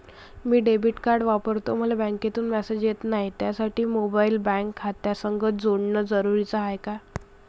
मी debit card वापरतो मले बँकेतून मॅसेज येत नाही, त्यासाठी मोबाईल बँक खात्यासंग जोडनं जरुरी हाय का?